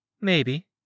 Maybe